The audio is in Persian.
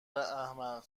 احمق